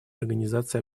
организации